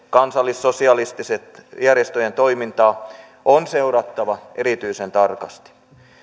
kansallissosialististen järjestöjen toimintaa on seurattava erityisen tarkasti